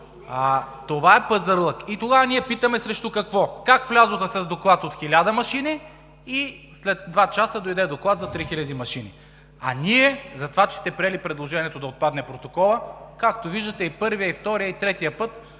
Това е пазарлък. И тогава ние питаме: срещу какво? Как влязоха с доклад за 1000 машини и след два часа дойде доклад за 3000 машини? Ние, затова че сте приели предложението да отпадне протоколът, както виждате, и първия, и втория, и третия път